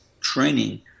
training